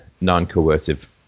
non-coercive